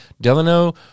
Delano